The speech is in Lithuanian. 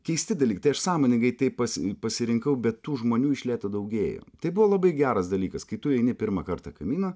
keisti dalykai tai aš sąmoningai tai pas pasirinkau bet tų žmonių iš lėto daugėjo tai buvo labai geras dalykas kai tu eini pirmą kartą kaminą